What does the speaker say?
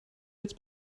jetzt